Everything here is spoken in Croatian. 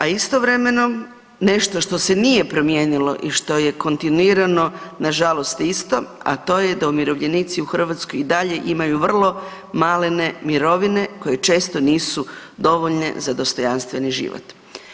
A istovremeno nešto što se nije promijenilo i što je kontinuirano nažalost isto, da to je da umirovljenici u Hrvatskoj i dalje imaju vrlo malene mirovine koje često nisu dovoljne za dostojanstveni život.